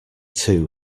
too